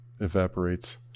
evaporates